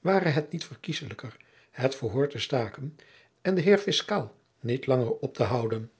ware het niet verkieslijker het verhoor te staken en den heer fiscaal niet langer op te houden